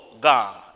God